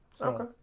Okay